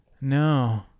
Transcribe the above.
No